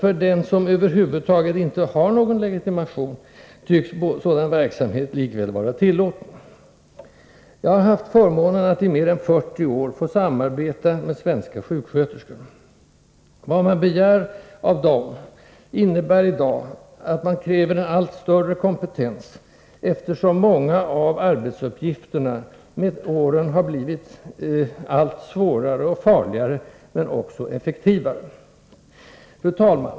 För den som över huvud taget inte har någon legitimation tycks emellertid sådan verksamhet likväl vara tillåten. Jag har haft förmånen att i mer än 40 år få samarbeta med svenska sjuksköterskor. Vad man begär av dem kräver i dag allt större kompetens, eftersom många av arbetsuppgifterna med åren blivit allt svårare och farligare. Arbetet har också blivit effektivare. Fru talman!